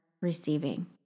receiving